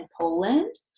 Poland